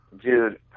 Dude